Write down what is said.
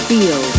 Feel